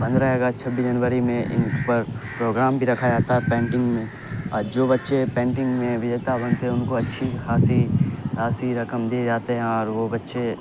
پندرہ اگست چھبیس جنوری میں ان پر پروگرام بھی رکھا جاتا ہے پینٹنگ میں اور جو بچے پینٹنگ میں وجیتا بنتے ہیں ان کو اچھی خاصی خاصی رقم دیے جاتے ہیں اور وہ بچے